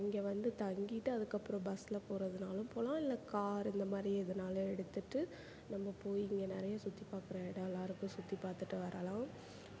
இங்கே வந்து தங்கிட்டு அதுக்கப்புறம் பஸ்ல போகிறதுனாலும் போகலாம் இல்லை கார் இந்த மாதிரி எதுனாலும் எடுத்துகிட்டு நம்ம போய் இங்கே நிறைய சுற்றிப் பார்க்கற எடல்லாம் இருக்குது சுற்றி பார்த்துட்டு வரலாம்